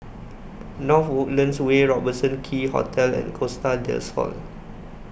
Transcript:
North Woodlands Way Robertson Quay Hotel and Costa Del Sol